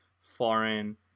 foreign